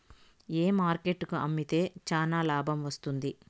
ఏ market కు అమ్మితే చానా లాభం వస్తుంది?